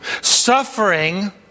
Suffering